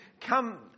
come